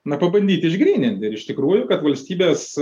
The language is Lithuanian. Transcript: na pabandyti išgrynint ir iš tikrųjų kad valstybės